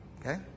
Okay